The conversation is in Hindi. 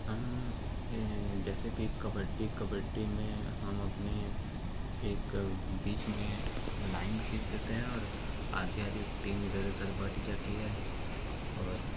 हम जैसे कि कबड्डी कबड्डी में हम अपने एक बीच में लाइन खींच देते हैं और आधी आधी टीम इधर उधर बट जाती है और